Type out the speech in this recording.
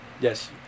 Yes